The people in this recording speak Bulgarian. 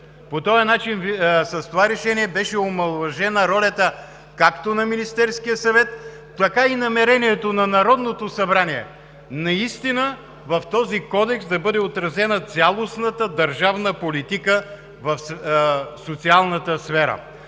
съвет. С това решение беше омаловажена ролята както на Министерския съвет, така и намерението на Народното събрание наистина в този Кодекс да бъде отразена цялостната държавна политика в социалната сфера.